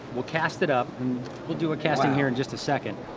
we'll cast it up and we'll do a casting here in just a second.